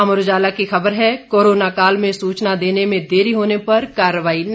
अमर उजाला की खबर है कोरोना काल में सूचना देने में देरी होने पर कार्रवाई नहीं